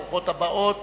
ברוכות הבאות